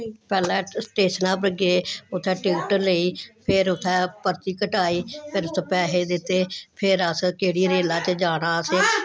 पैह्लैं स्टेशनै पर गे उत्थैं टिकट लेई फिर उत्थैं पर्ची कटाई फिर उत्थै पैहे दित्ते फिर अस केह्ड़ी रेला च जाना असें